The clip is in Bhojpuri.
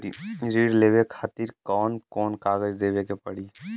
ऋण लेवे के खातिर कौन कोन कागज देवे के पढ़ही?